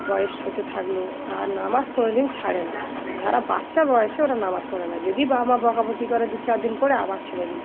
বয়স হতে থাকলো ও আর নামাজ কোনো দিন ছাড়ে না যারা বাচ্চা বয়সে ওরা নামাজ পড়ে না যদি বাবা বকব কী করে দু চার দিন পরে আবার ছেড়ে দিলো